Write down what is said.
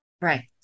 right